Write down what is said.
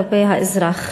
כלפי האזרח,